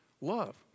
love